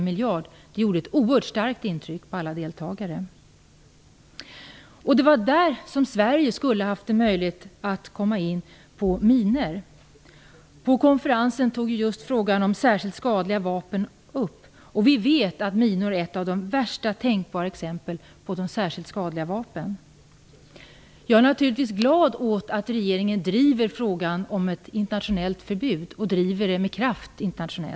miljard gjorde ett oerhört starkt intryck på alla deltagare. Det var där som Sverige skulle haft möjlighet att komma in på minor. På konferensen togs just frågan om särskilt skadliga vapen upp. Vi vet att minor är ett av de värsta tänkbara exemplen på särskilt skadliga vapen. Jag är naturligtvis glad åt att regeringen med kraft driver frågan om ett internationellt förbud.